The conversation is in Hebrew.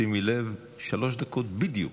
שימי לב, שלוש דקות בדיוק.